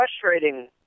frustrating